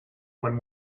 when